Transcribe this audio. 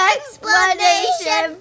Explanation